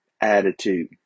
attitude